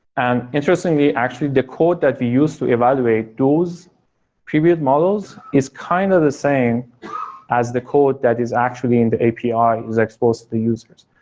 and interestingly actually the code that we use to evaluate those previewed models is kind of the same as the code that is actually in the api who's exposed to the users.